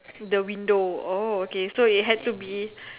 the window oh okay so it has to be